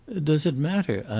does it matter,